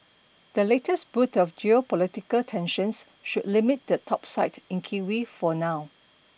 the latest bout of geopolitical tensions should limit the topside in kiwi for now